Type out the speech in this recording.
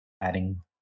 adding